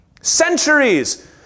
Centuries